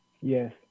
Yes